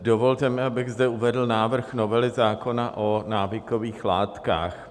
Dovolte mi, abych zde uvedl návrh novely zákona o návykových látkách.